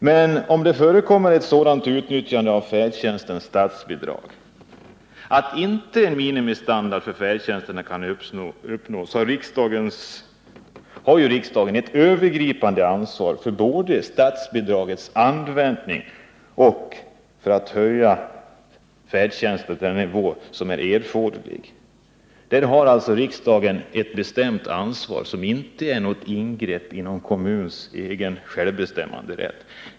Men om statsbidragen för färdtjänst utnyttjas på ett sådant sätt att minimistandarden för färdtjänst inte uppnås har riksdagen ett övergripande ansvar härför. Riksdagen måste se till att färdtjänsten blir fullgod, och det innebär inte något ingrepp i kommunens självbestämmanderätt.